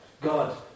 God